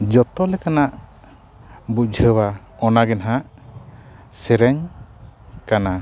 ᱡᱚᱛᱚ ᱞᱮᱠᱟᱱᱟᱜ ᱵᱩᱡᱷᱟᱹᱣᱟ ᱚᱱᱟᱜᱮ ᱱᱟᱦᱟᱜ ᱥᱮᱨᱮᱧ ᱠᱟᱱᱟ